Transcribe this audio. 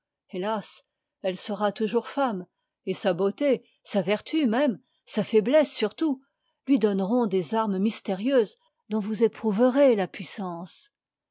hélas elle sera toujours femme et sa beauté sa vertu même sa faiblesse surtout lui donneront des armes mystérieuses dont vous éprouverez la puissance